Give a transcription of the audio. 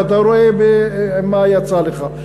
ואתה רואה מה יצא לך,